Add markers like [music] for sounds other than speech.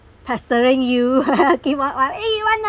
pestering you [laughs] give up [one] eh right now